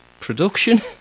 production